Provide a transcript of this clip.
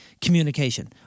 communication